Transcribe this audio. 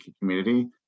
community